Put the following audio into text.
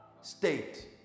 state